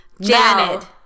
Janet